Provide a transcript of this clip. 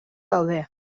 daude